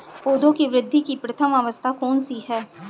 पौधों की वृद्धि की प्रथम अवस्था कौन सी है?